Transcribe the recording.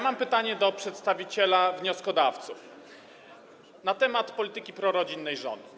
Mam pytanie do przedstawiciela wnioskodawców na temat polityki prorodzinnej rządu.